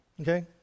Okay